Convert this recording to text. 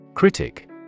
Critic